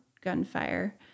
gunfire